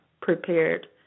prepared